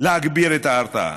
להגביר את ההרתעה.